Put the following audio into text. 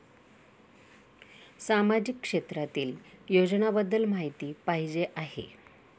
सामाजिक क्षेत्रातील योजनाबद्दल माहिती पाहिजे आहे?